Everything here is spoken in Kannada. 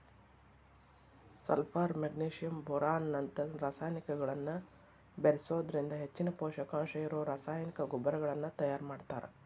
ಸಲ್ಪರ್ ಮೆಗ್ನಿಶಿಯಂ ಬೋರಾನ್ ನಂತ ರಸಾಯನಿಕಗಳನ್ನ ಬೇರಿಸೋದ್ರಿಂದ ಹೆಚ್ಚಿನ ಪೂಷಕಾಂಶ ಇರೋ ರಾಸಾಯನಿಕ ಗೊಬ್ಬರಗಳನ್ನ ತಯಾರ್ ಮಾಡ್ತಾರ